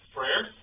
Prayer